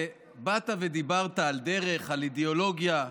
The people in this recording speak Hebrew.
באת ודיברת על דרך, על אידיאולוגיה,